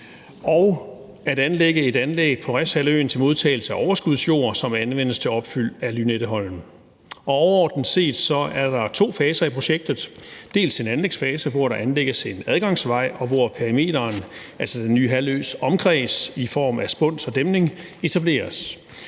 og at anlægge et anlæg på Refshaleøen til modtagelse af overskudsjord, som anvendes til opfyld af Lynetteholm. Og overordnet set er der to faser i projektet, dels en anlægsfase, hvor der anlægges en adgangsvej, og hvor perimeteren, altså den nye halvøs omkreds, i form af spuns og dæmning etableres,